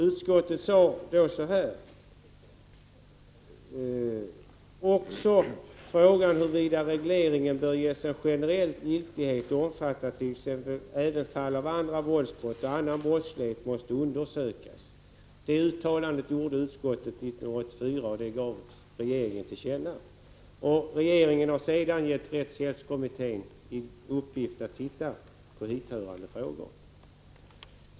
Utskottet sade då att ”frågan huruvida regleringen bör ges en generell giltighet och omfatta t.ex. även fall av andra våldsbrott och annan brottslighet” måste undersökas. Regeringen har sedan givit rättskommittén i uppdrag att titta på hithörande frågor.